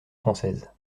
françaises